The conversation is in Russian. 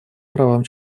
правам